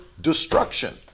destruction